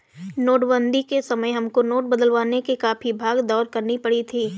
नोटबंदी के समय हमको नोट बदलवाने के लिए काफी भाग दौड़ करनी पड़ी थी